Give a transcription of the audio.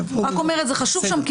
זה חשוב שם.